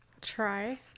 try